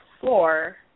floor